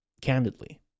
candidly